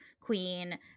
queen